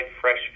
fresh